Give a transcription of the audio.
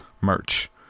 merch